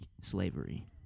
slavery